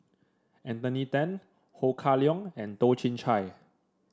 Anthony Then Ho Kah Leong and Toh Chin Chye